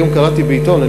היום קראתי בעיתון,